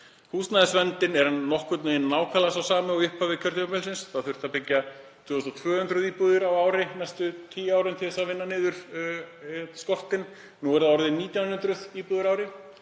Húsnæðisvandinn er nokkurn veginn nákvæmlega sá sami og í upphafi kjörtímabilsins. Það þyrfti að byggja 2.200 íbúðir á ári næstu tíu árin til þess að vinna upp skortinn. Nú eru það 1.900 íbúðir á